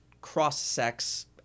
cross-sex